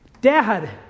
Dad